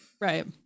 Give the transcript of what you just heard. Right